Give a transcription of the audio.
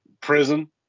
Prison